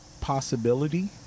possibility